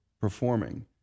performing